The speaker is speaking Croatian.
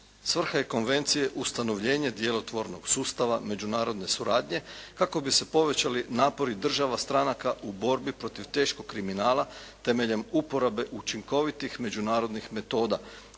Svrha je Konvencije ustanovljenje djelotvornog sustava međunarodne suradnje kako bi se povećali napori država stranaka u borbi protiv teškog kriminala temeljem uporabe učinkovitih međunarodnih metoda